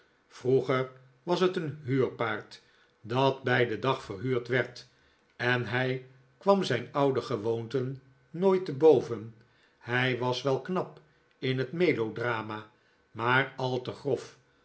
vroeger was t een huurpaard dat bij den dag verhuurd werd en hij kwam zijn oude gewoonten nooit te boven hij was wel knap in het melodrama maar al te grof